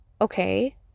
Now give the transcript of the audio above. Okay